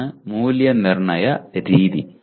ഇതാണ് മൂല്യനിർണ്ണയ രീതി